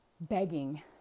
begging